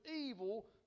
evil